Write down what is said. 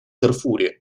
дарфуре